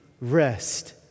rest